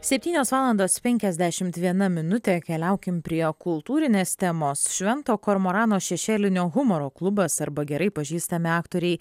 septynios valandos penkiasdešimt viena minutė keliaukim prie kultūrinės temos švento kormorano šešėlinio humoro klubas arba gerai pažįstami aktoriai